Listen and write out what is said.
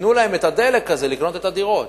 שייתנו להם את הדלק הזה לקנות את הדירות.